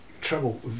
trouble